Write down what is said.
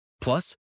Plus